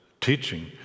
teaching